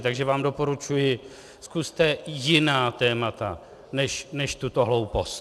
Takže vám doporučuji, zkuste jiná témata než tuto hloupost.